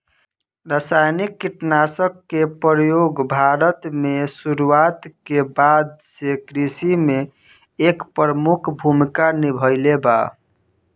रासायनिक कीटनाशक के प्रयोग भारत में शुरुआत के बाद से कृषि में एक प्रमुख भूमिका निभाइले बा